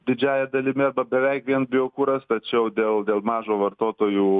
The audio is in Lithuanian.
didžiąja dalimi arba beveik vien biokuras tačiau dėl dėl mažo vartotojų